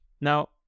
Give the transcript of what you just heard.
Now